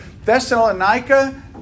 Thessalonica